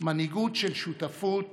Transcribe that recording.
מנהיגות של שותפות